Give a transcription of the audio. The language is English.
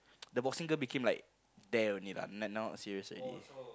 the boxing girl became like there only lah like now not serious already